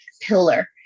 pillar